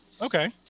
Okay